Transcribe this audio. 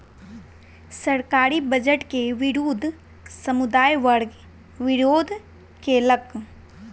सरकारी बजट के विरुद्ध समुदाय वर्ग विरोध केलक